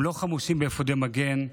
הם לא חמושים באפודי מגן,